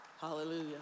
hallelujah